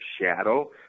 shadow